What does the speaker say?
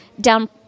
down